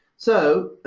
so,